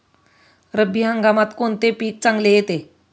रब्बी हंगामात कोणते पीक चांगले येते?